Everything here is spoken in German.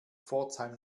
pforzheim